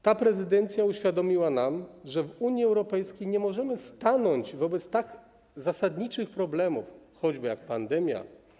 Ta prezydencja uświadomiła nam, że w Unii Europejskiej nie możemy samotnie stawać wobec tak zasadniczych problemów jak pandemia.